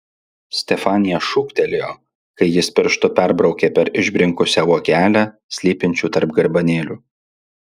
stefanija šūktelėjo kai jis pirštu perbraukė per išbrinkusią uogelę slypinčią tarp garbanėlių